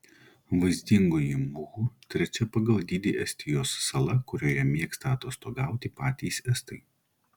vaizdingoji muhu trečia pagal dydį estijos sala kurioje mėgsta atostogauti patys estai